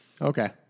Okay